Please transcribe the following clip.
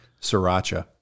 sriracha